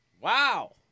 Wow